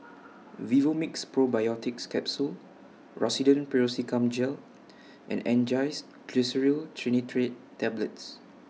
Vivomixx Probiotics Capsule Rosiden Piroxicam Gel and Angised Glyceryl Trinitrate Tablets